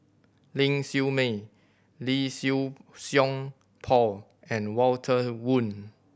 Ling Siew May Lee Siew Song Paul and Walter Woon